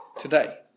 today